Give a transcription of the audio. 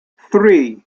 three